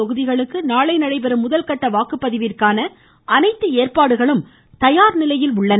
தொகுதிகளுக்கு நாளை நடைபெறும் முதல் கட்ட வாக்குப்பதிவிற்கான அனைத்து ஏற்பாடுகளும் தயார் நிலையில் உள்ளன